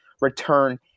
return